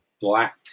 black